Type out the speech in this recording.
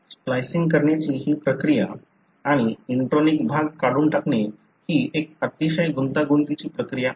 splicing करण्याची ही प्रक्रिया इंट्रोनिक भाग काढून टाकणे ही एक अतिशय गुंतागुंतीची प्रक्रिया आहे